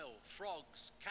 frogs